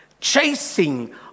chasing